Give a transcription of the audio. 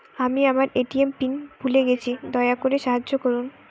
আমি আমার ATM PIN ভুলে গেছি, দয়া করে সাহায্য করুন